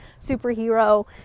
superhero